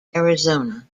arizona